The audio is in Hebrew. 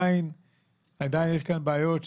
עדיין יש כאן בעיות,